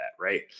Right